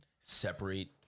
separate